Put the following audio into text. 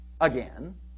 again